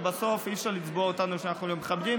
ובסוף אי-אפשר לצבוע אותנו שאנחנו לא מכבדים,